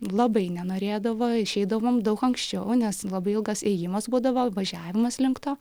labai nenorėdavo išeidavom daug anksčiau nes labai ilgas ėjimas būdavo važiavimas link to